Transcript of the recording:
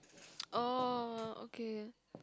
oh ok